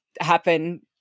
happen